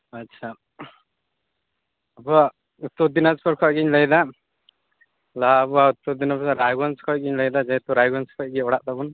ᱟᱪᱪᱷᱟ ᱟᱵᱚᱣᱟᱜ ᱩᱛᱛᱚᱨ ᱫᱤᱱᱟᱡᱯᱩᱨ ᱠᱷᱚᱡ ᱜᱮᱧ ᱞᱟᱹᱭᱮᱫᱟ ᱞᱟᱦᱟ ᱟᱵᱚᱣᱟᱜ ᱩᱛᱛᱚᱨ ᱫᱤᱱᱟᱡᱯᱩᱨ ᱨᱟᱭᱜᱚᱧᱡᱽ ᱠᱷᱚᱡ ᱤᱧ ᱞᱟᱹᱭᱮᱫᱟ ᱡᱮᱦᱮᱛᱩ ᱨᱟᱭᱜᱚᱧᱡᱽ ᱠᱷᱚᱡ ᱜᱮ ᱚᱲᱟᱜ ᱛᱟᱵᱚᱱ